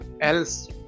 else